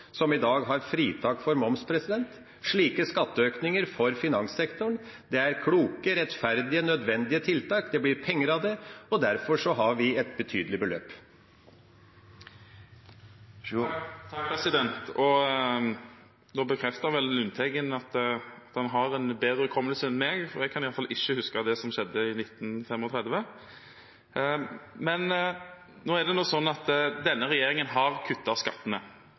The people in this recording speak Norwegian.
som i dag har fritak for moms. Slike skatteøkninger for finanssektoren er kloke, rettferdige og nødvendige tiltak, det blir penger av det, og derfor har vi et betydelig beløp. Nå bekreftet vel Lundteigen at han har en bedre hukommelse enn jeg – jeg kan i hvert fall ikke huske det som skjedde i 1935. Men det er nå sånn at denne regjeringen har kuttet skattene.